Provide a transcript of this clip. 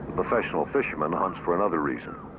professional fisherman hunts for another reason.